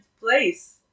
place